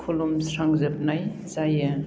खुलुमस्रांजोबनाय जायो